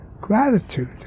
gratitude